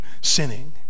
sinning